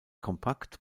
kompakt